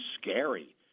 scary